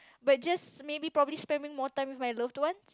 but just maybe probably spending more time with my loved ones